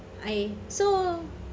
I so